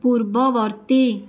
ପୂର୍ବବର୍ତ୍ତୀ